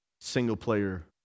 single-player